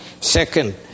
second